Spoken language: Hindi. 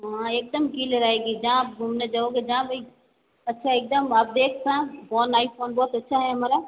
हाँ एक दम कीलयर आएगी जहाँ आप घूमने जाओगे जहाँ भी अच्छा एक दम आप देख फोन आईफोन बहुत अच्छा है हमारा